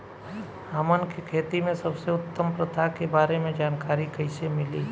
हमन के खेती में सबसे उत्तम प्रथा के बारे में जानकारी कैसे मिली?